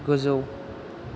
गोजौ